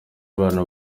bana